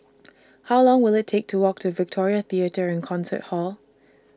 How Long Will IT Take to Walk to Victoria Theatre and Concert Hall